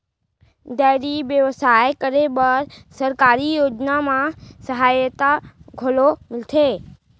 dairy बेवसाय करे बर सरकारी योजना म सहायता घलौ मिलथे